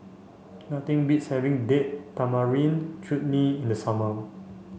nothing beats having Date Tamarind Chutney in the summer